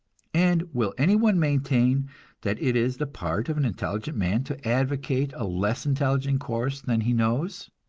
and will anyone maintain that it is the part of an intelligent man to advocate a less intelligent course than he knows?